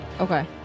Okay